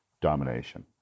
domination